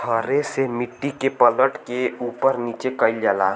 हरे से मट्टी के पलट के उपर नीचे कइल जाला